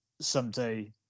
someday